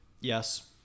yes